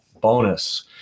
bonus